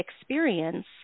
experience